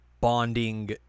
bonding